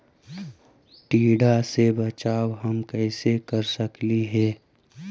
टीडा से बचाव हम कैसे कर सकली हे?